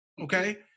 Okay